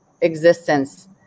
existence